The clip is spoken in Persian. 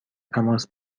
تماس